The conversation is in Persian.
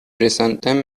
رساندم